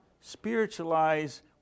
spiritualize